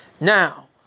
Now